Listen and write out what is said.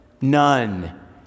None